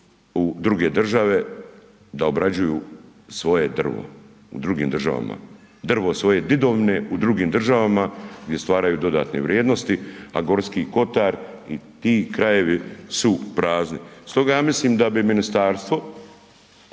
u druge države da obrađuju svoje drvo u drugim državama, drvo svoje didovine u drugim državama gdje stvaraju dodatne vrijednosti, a Gorski kotar i ti krajevi su prazni. Stoga ja mislim da bi ministarstvo